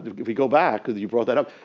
if you go back, because you brought that up,